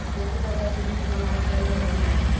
Agri बाज़ार से बीज मंगावल सही रही की ना?